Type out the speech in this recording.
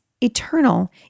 eternal